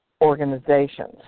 organizations